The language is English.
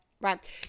Right